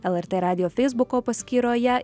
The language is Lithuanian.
lrt radijo feisbuko paskyroje